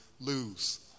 lose